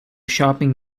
shopping